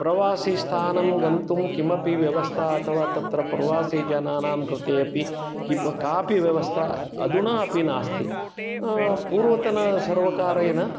प्रवासीयस्थानं गन्तुं किमपि व्यवस्था अथवा तत्र प्रवासीयजनानां कृते अपि किं कापि व्यवस्था अधुना अपि नास्ति पूर्वतन सर्वकारेण